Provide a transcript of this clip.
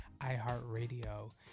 iHeartRadio